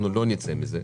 אנחנו לא נצא מזה.